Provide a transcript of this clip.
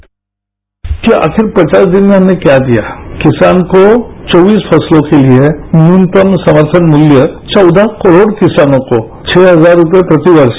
क्या आखिर पचास दिन में हमने क्या दिया किसान को चौबीस फसलों के लिए न्यूनतम समर्थन मूल्य चौदह करोड़ किसानों को छह हजार रूपये प्रतिवर्ष